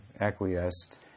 acquiesced